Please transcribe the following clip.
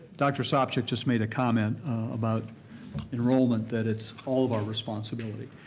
dr. sopcich just made a comment about enrollment, that it's all of our responsibility.